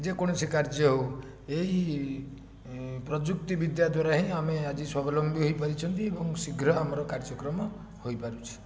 ଯେକୌଣସି କାର୍ଯ୍ୟ ହେଉ ଏହି ପ୍ରଯୁକ୍ତିବିଦ୍ୟା ଦ୍ୱାରା ହିଁ ଆମେ ଆଜି ସ୍ୱାବଲମ୍ବୀ ହୋଇ ପାରିଛନ୍ତି ଏବଂ ଶିଘ୍ର ଆମର କାର୍ଯ୍ୟକ୍ରମ ହୋଇପାରୁଛି